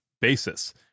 basis